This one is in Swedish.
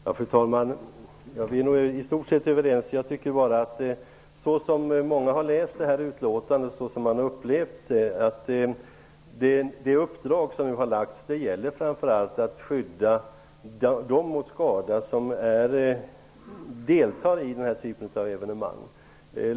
Fru talman! Vi är i stort sett överens. Men många har upplevt detta utlåtande som att det uppdrag som nu har givits framför allt syftar till att skydda dem som deltar i den här typen av evenemang mot skador.